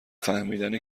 فهمیدن